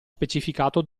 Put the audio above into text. specificato